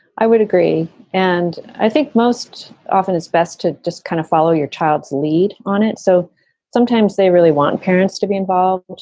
i would agree and i think most often it's best to just kind of follow your child's lead on it. so sometimes they really want parents to be involved.